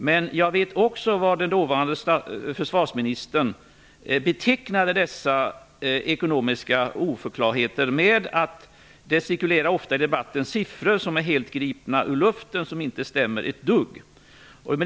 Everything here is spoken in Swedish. Men jag vet att den dåvarande försvarsministern betecknade dessa ekonomiska oförklarligheter som att "det cirkulerar ofta i debatten siffror som är helt gripna ur luften som inte stämmer ett dugg".